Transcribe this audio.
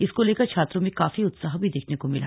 इसको लेकर छात्रों में काफी उत्साह भी देखने को मिला